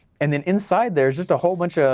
and then inside there is just a whole bunch of,